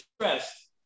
stressed